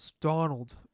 Donald